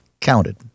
counted